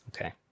Okay